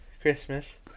Christmas